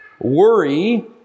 worry